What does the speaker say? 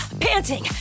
panting